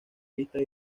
pistas